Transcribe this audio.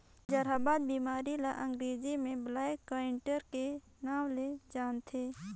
जहरबाद बेमारी ल अंगरेजी में ब्लैक क्वार्टर के नांव ले जानथे